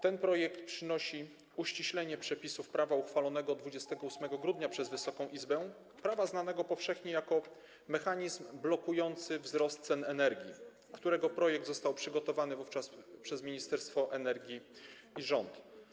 Ten projekt przynosi uściślenie przepisów prawa uchwalonego 28 grudnia przez Wysoką Izbę, prawa znanego powszechnie jako mechanizm blokujący wzrost cen energii, którego projekt został przygotowany wówczas przez Ministerstwo Energii i rząd.